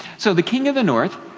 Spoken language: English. so the king of the north